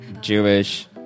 Jewish